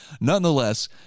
nonetheless